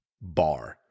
bar